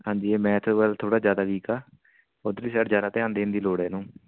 ਹਾਂਜੀ ਇਹ ਮੈਥ ਵੱਲ ਥੋੜ੍ਹਾ ਜ਼ਿਆਦਾ ਵੀਕ ਆ ਉੱਧਰਲੀ ਸਾਈਡ ਜ਼ਿਆਦਾ ਧਿਆਨ ਦੇਣ ਦੀ ਲੋੜ ਆ ਇਹਨੂੰ